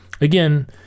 again